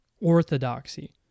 orthodoxy